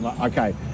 Okay